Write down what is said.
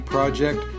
Project